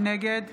נגד